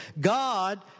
God